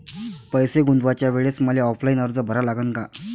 पैसे गुंतवाच्या वेळेसं मले ऑफलाईन अर्ज भरा लागन का?